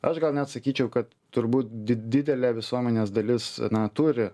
aš gal net sakyčiau kad turbūt di didelė visuomenės dalis na turi